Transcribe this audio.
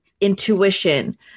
intuition